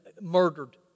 murdered